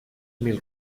mil